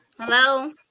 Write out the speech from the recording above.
Hello